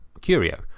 Curio